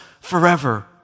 forever